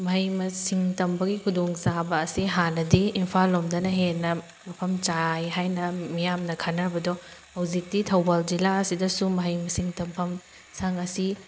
ꯃꯍꯩ ꯃꯁꯤꯡ ꯇꯝꯕꯒꯤ ꯈꯨꯗꯣꯡ ꯆꯥꯕ ꯑꯁꯤ ꯍꯥꯟꯅꯗꯤ ꯏꯝꯐꯥꯜ ꯂꯣꯝꯗꯅ ꯍꯦꯟꯅ ꯃꯐꯝ ꯆꯥꯏ ꯍꯥꯏꯅ ꯃꯤꯌꯥꯝꯅ ꯈꯟꯅꯕꯗꯣ ꯍꯧꯖꯤꯛꯇꯤ ꯊꯧꯕꯥꯜ ꯖꯤꯜꯂꯥ ꯑꯁꯤꯗꯁꯨ ꯃꯍꯩ ꯃꯁꯤꯡ ꯇꯝꯐꯝ ꯁꯪ ꯑꯁꯤ